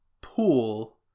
pool